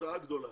תוצאה גדולה.